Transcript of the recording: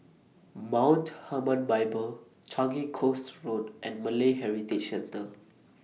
Mount Hermon Bible Changi Coast Road and Malay Heritage Centre